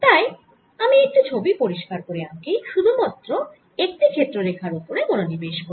তাই আমি একটি ছবি পরিষ্কার করে আঁকি শুধুমাত্র একটি ক্ষেত্র রেখার ওপরে মনোনিবেশ করে